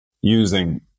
Using